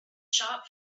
shop